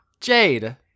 jade